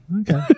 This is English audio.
Okay